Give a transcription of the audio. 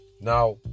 Now